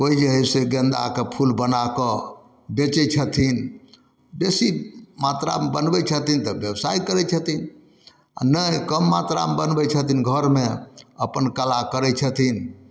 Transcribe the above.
कोइ जे हइ से गेन्दाके फूल बनाकऽ बेचै छथिन बेसी मात्रामे बनबै छथिन तऽ बेवसाइ करै छथिन आओर नहि कम मात्रामे बनबै छथिन घरमे अपन कला करै छथिन